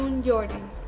jordan